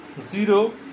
Zero